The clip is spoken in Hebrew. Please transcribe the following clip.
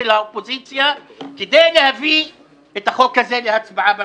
של האופוזיציה כדי להביא את החוק הזה להצבעה במליאה,